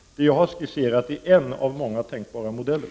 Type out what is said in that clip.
Det jag har skisserat är en av många tänkbara modeller.